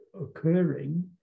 occurring